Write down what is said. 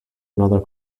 another